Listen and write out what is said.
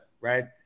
right